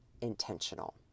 intentional